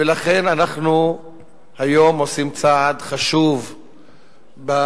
ולכן אנחנו היום עושים צעד חשוב בכיוון